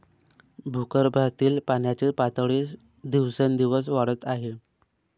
भूगर्भातील पाण्याची पातळी दिवसेंदिवस वाढत आहे